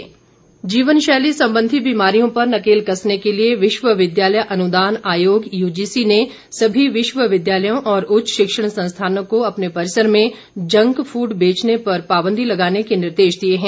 UGC junk food जीवन शैली संबंधी बीमारियों पर नकेल कसने के लिए विश्वविद्यालय अनुदान आयोग यूजीसी ने सभी विश्वविद्यालयों और उच्च शिक्षण संस्थानों को अपने परिसर में जंक फूड बेचने पर पाबंदी लगाने के निर्देश दिए हैं